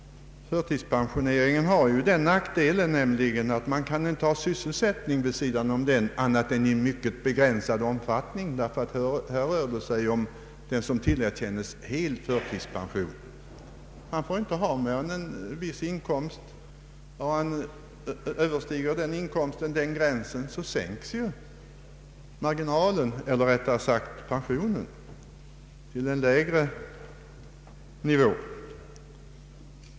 Förtidspensioneringen har nämligen den nackdelen att man inte kan ha sysselsättning vid sidan om den, utom i mycket begränsad omfattning. Här rör det sig om den som tillerkänns hel förtidspension. Han får inte ha mer än en viss inkomst. Överstiger inkomsten den fastställda gränsen, så sänks pensionen till en lägre nivå.